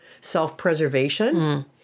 self-preservation